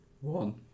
one